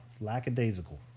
lackadaisical